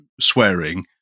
swearing